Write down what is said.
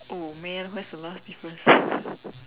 oh man where's the last difference